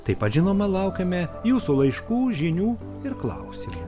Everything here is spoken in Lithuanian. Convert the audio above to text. taip pat žinoma laukiame jūsų laiškų žinių ir klausimų